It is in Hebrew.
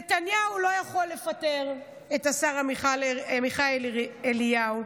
נתניהו לא יכול לפטר את השר עמיחי אליהו,